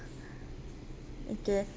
okay